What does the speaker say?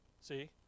See